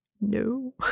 No